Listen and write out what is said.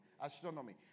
Astronomy